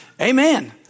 Amen